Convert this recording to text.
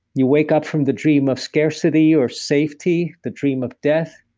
you wake up from the dream of scarcity or safety, the dream of death,